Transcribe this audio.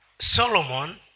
Solomon